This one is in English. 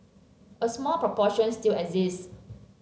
a small proportion still exists